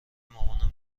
مامان